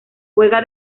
juega